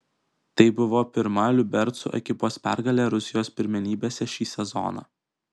tai buvo pirma liubercų ekipos pergalė rusijos pirmenybėse šį sezoną